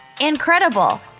Incredible